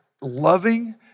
loving